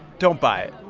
don't buy it.